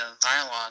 dialogue